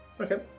Okay